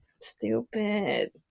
Stupid